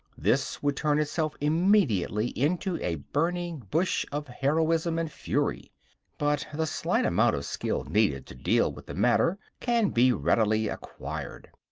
this would turn itself immediately into a burning-bush of heroism and fury but the slight amount of skill needed to deal with the matter can be readily acquired.